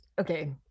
okay